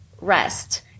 rest